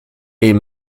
est